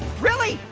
really,